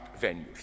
venues